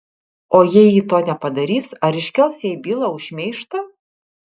o jei ji to nepadarys ar iškels jai bylą už šmeižtą